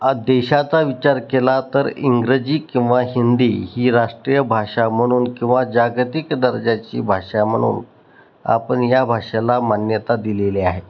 आ देशाचा विचार केला तर इंग्रजी किंवा हिंदी ही राष्ट्रीय भाषा म्हणून किंवा जागतिक दर्जाची भाषा म्हणून आपण या भाषेला मान्यता दिलेली आहे